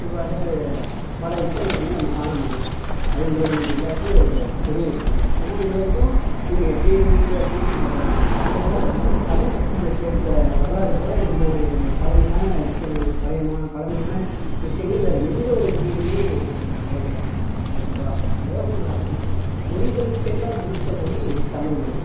இவ்வாறு பல விஷயங்கள வந்து நம்ம காணமுடியும் அதுங்குறது உங்கள் எல்லோருக்கும் ஒரு பெரிய விஷயம் தான் ஏன்னா இதுவரைக்கும் நீங்கள் எத்தனயோ நியூஸ்லயோ எத்தனையோ விஷயத்தில் பார்த்துருக்கலாம் அது போல தமிழ் மொழிக்கு கிடைத்த வரலாறு போல எந்த ஒரு பழமையான விஷயம் பழையம பழமையான விஷியன்கள் வேற எந்த ஒரு மொழியிலயுமே கிடைக்கல ஓகேவா அதுதான் சொல்கிறாங்க மொழிகளுக்கு எல்லாம் மூத்தமொழி தமிழ் மொழி